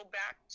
back